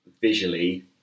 visually